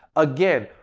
again,